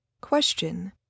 Question